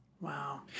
Wow